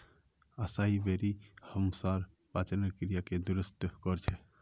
असाई बेरी हमसार पाचनेर क्रियाके दुरुस्त कर छेक